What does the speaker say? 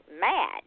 mad